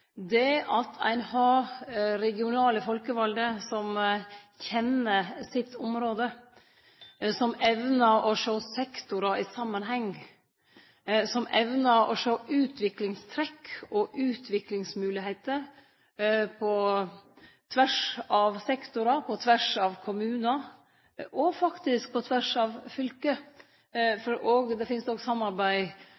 – det å ha regionalt folkevalde som kjenner sitt område, som evnar å sjå sektorar i samanheng, som evnar å sjå utviklingstrekk og utviklingsmoglegheiter på tvers av sektorar, på tvers av kommunar og faktisk på tvers av